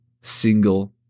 single